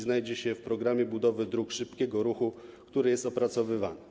Znajdą się one w programie budowy dróg szybkiego ruchu, który jest opracowywany.